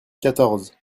quatorze